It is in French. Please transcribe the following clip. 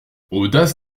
audace